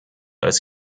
als